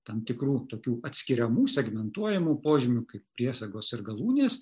tam tikrų tokių atskiriamų segmentuojamų požymių kaip priesagos ir galūnės